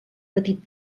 petit